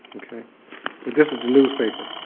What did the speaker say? okay. but this is the newspaper.